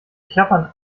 klappern